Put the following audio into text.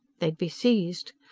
they'd be seized.